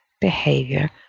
behavior